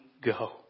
go